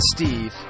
Steve